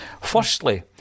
Firstly